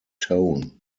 tone